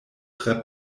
tre